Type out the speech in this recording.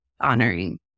honoring